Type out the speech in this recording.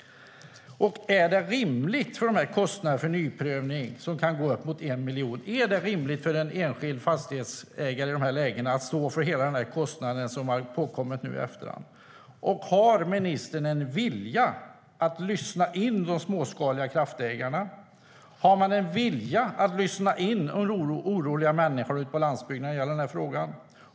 Är det rimligt med kostnaderna för nyprövning, som kan gå uppemot 1 miljon? Är det rimligt för en enskild fastighetsägare i de här lägena att stå för hela den kostnaden, som man har kommit på nu i efterhand? Har ministern en vilja att lyssna in de småskaliga kraftägarna? Har man en vilja att lyssna in de oroliga människorna ute på landsbygden när det gäller den här frågan?